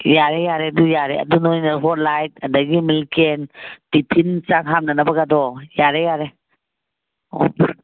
ꯌꯥꯔꯦ ꯌꯥꯔꯦ ꯑꯗꯨ ꯌꯥꯔꯦ ꯑꯗꯨ ꯅꯣꯏꯅ ꯍꯣꯠꯂꯥꯏꯠ ꯑꯗꯒꯤ ꯃꯤꯜ ꯀꯦꯟ ꯇꯤꯐꯤꯟ ꯆꯥꯛ ꯍꯥꯞꯅꯅꯕꯀꯥꯗꯣ ꯌꯥꯔꯦ ꯌꯥꯔꯦ ꯍꯣꯏ